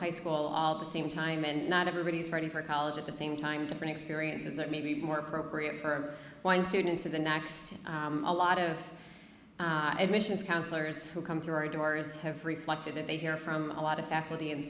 high school all the same time and not everybody is ready for college at the same time different experiences it may be more appropriate for one student to the next a lot of admissions counselors who come through our doors have reflected that they hear from a lot of faculty and